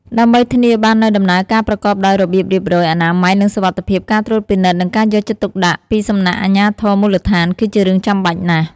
ដើម្បីធានាបាននូវដំណើរការប្រកបដោយរបៀបរៀបរយ អនាម័យ និងសុវត្ថិភាព ការត្រួតពិនិត្យ និងការយកចិត្តទុកដាក់ពីសំណាក់អាជ្ញាធរមូលដ្ឋាន គឺជារឿងចាំបាច់ណាស់។